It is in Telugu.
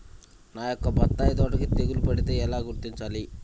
నా యొక్క బత్తాయి తోటకి తెగులు పడితే ఎలా గుర్తించాలి?